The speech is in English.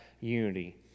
unity